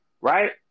right